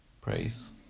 praise